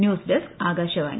news desk Akashvani